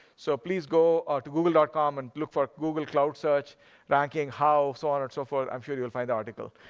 so please go ah to google ah com, and look for google cloud search ranking, how so on and so forth. i'm sure you'll find the article.